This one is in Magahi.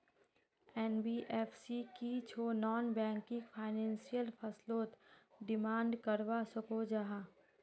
एन.बी.एफ.सी की छौ नॉन बैंकिंग फाइनेंशियल फसलोत डिमांड करवा सकोहो जाहा?